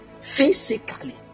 Physically